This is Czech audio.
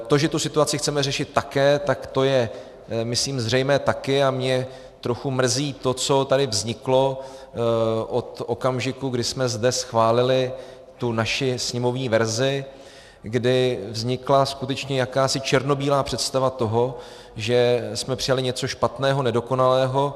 To, že situaci chceme řešit také, tak to je myslím zřejmé také, a mě trochu mrzí to, co tady vzniklo od okamžiku, kdy jsme zde schválili tu naši sněmovní verzi, kdy vznikla skutečně jakási černobílá představa toho, že jsme přijali něco špatného, nedokonalého.